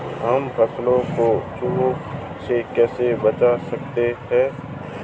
हम फसलों को चूहों से कैसे बचा सकते हैं?